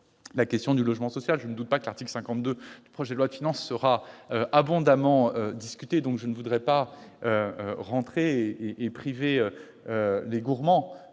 la question du logement social. Je ne doute pas que l'article 52 du projet de loi de finances sera abondamment discuté. Je ne voudrais donc pas priver les gourmands